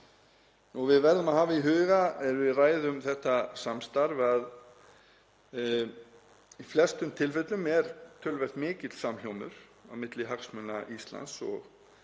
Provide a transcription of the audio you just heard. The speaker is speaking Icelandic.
Við verðum að hafa í huga, er við ræðum þetta samstarf, að í flestum tilfellum er töluvert mikill samhljómur á milli hagsmuna Íslands og